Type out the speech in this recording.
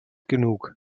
genug